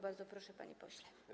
Bardzo proszę, panie pośle.